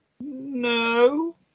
No